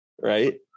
right